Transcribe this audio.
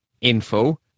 info